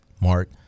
Mark